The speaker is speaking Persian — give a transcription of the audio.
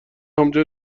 همونجا